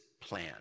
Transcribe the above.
plan